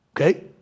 Okay